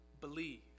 believe